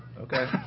Okay